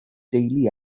deulu